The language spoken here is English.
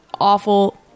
awful